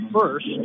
first